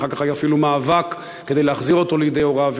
ואחר כך היה אפילו מאבק כדי להחזיר אותו לידי הוריו.